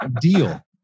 deal